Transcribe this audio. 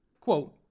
quote